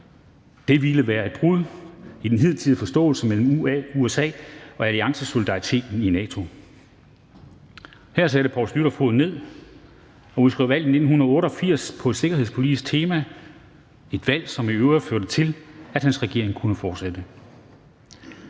Det ville være et brud med den hidtidige forståelse mellem USA og alliancesolidariteten i NATO. Her satte Poul Schlüter foden ned og udskrev valg i 1988 på et sikkerhedspolitisk tema, et valg, som i øvrigt førte til, at hans regering kunne fortsætte.